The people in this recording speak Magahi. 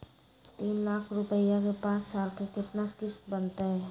तीन लाख रुपया के पाँच साल के केतना किस्त बनतै?